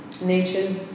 Nature's